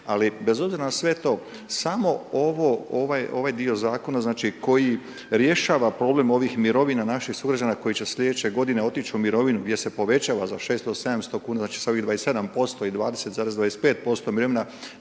ali bez obzira na sve to, samo ovaj dio zakona koji rješava problem ovih mirovina naših sugrađana koji će sljedeće godine otić u mirovinu gdje se povećava za 600, 700kn, znači sa ovih 27% i 20,25% je